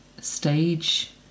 stage